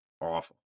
Awful